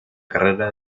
carrera